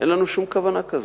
אין לנו שום כוונה כזאת.